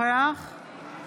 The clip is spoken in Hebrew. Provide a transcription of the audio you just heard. נוכח